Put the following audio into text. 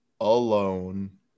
alone